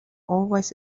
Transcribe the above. always